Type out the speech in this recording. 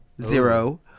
zero